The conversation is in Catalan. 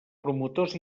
promotors